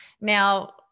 now